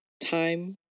time